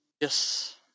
Yes